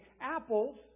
apples